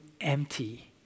empty